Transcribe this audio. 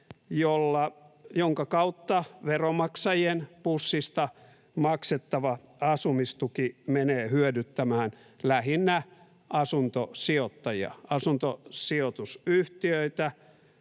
jonka kautta veronmaksajien pussista maksettava asumistuki menee hyödyttämään lähinnä asuntosijoittajia,